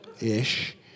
ish